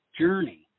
journey